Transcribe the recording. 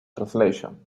translation